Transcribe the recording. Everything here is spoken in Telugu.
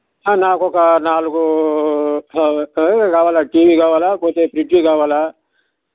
నాకు ఒక నాలుగు టా కావాలి టీవీ కావాలి పోతే ఫ్రిడ్జ్ కావాలి